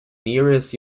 nearest